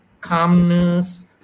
calmness